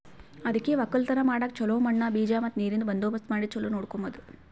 ಅದುಕೆ ಒಕ್ಕಲತನ ಮಾಡಾಗ್ ಚೊಲೋ ಮಣ್ಣು, ಬೀಜ ಮತ್ತ ನೀರಿಂದ್ ಬಂದೋಬಸ್ತ್ ಮಾಡಿ ಚೊಲೋ ನೋಡ್ಕೋಮದ್